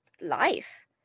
life